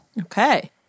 Okay